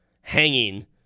hanging